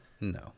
no